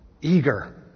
Eager